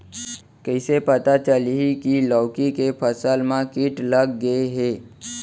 कइसे पता चलही की लौकी के फसल मा किट लग गे हे?